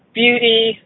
beauty